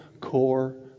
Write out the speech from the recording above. core